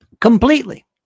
Completely